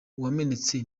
wamenetse